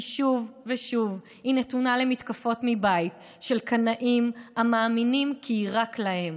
כי שוב ושוב היא נתונה למתקפות מבית של קנאים המאמינים כי היא רק להם,